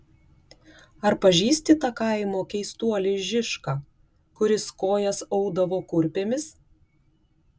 ar pažįsti tą kaimo keistuolį žišką kuris kojas audavo kurpėmis